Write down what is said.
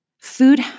Food